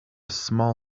small